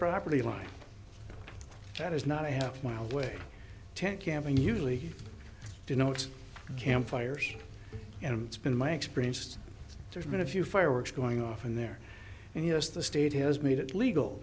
property line that is not a half mile away tent camping usually denotes camp fires and it's been my experience just there's been a few fireworks going off in there and yes the state has made it legal